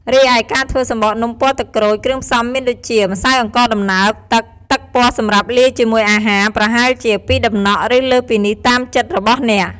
រីឯការធ្វើសំបកនំពណ៌ទឹកក្រូច គ្រឿងផ្សំមានដូចជា ម្សៅអង្ករដំណើប ទឹក ទឹកពណ៌សម្រាប់លាយជាមួយអាហារ ប្រហែលជា ២តំណក់ ឬលើសពីនេះតាមចិត្តរបស់អ្នក។